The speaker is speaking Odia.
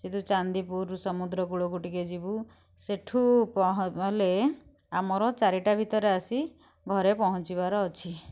ସେଠୁ ଚାନ୍ଦିପୁର ସମୁଦ୍ର କୂଳକୁ ଟିକେ ଯିବୁ ସେଠୁ ହେଲେ ଆମର ଚାରିଟା ଭିତରେ ଆସି ଘରେ ପହଞ୍ଚିବାର ଅଛି